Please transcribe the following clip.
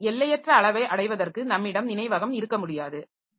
ஏனென்றால் எல்லையற்ற அளவை அடைவதற்கு நம்மிடம் நினைவகம் இருக்க முடியாது